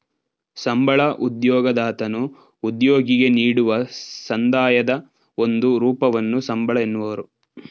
ಸಂಬಳ ಉದ್ಯೋಗದತನು ಉದ್ಯೋಗಿಗೆ ನೀಡುವ ಸಂದಾಯದ ಒಂದು ರೂಪವನ್ನು ಸಂಬಳ ಎನ್ನುವರು